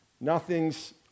Nothing's